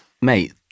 mate